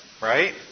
right